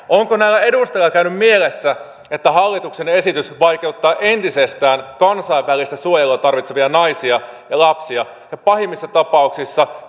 onko näillä edustajilla käynyt mielessä että hallituksen esitys vaikeuttaa entisestään kansainvälistä suojelua tarvitsevia naisia ja lapsia ja pahimmissa tapauksissa